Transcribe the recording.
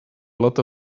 lot